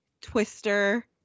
Twister